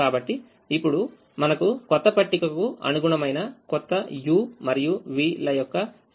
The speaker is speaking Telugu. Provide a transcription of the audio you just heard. కాబట్టి ఇప్పుడు మనకు కొత్త పట్టిక కు అనుగుణమైన కొత్త u మరియు v ల యొక్క సమితి ఉంది